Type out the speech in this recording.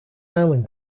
island